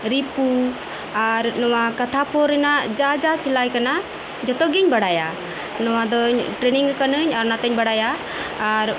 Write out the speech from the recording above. ᱨᱤᱯᱩ ᱟᱨ ᱱᱚᱣᱟ ᱠᱟᱛᱷᱟᱯᱷᱚᱨ ᱨᱮᱱᱟᱜ ᱡᱟ ᱡᱟ ᱥᱮᱞᱟᱭ ᱠᱟᱱᱟ ᱡᱚᱛᱚᱜᱤᱧ ᱵᱟᱲᱟᱭᱟ ᱱᱚᱣᱟ ᱫᱚᱧ ᱴᱨᱮᱱᱤᱝ ᱟᱠᱟᱱᱟᱹᱧ ᱚᱱᱟᱛᱮᱧ ᱵᱟᱲᱟᱭᱟ ᱟᱨ